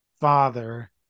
father